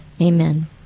Amen